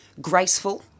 graceful